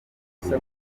uburyo